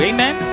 Amen